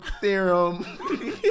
theorem